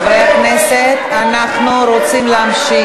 יש עם שלם, חברי הכנסת, אנחנו רוצים להמשיך.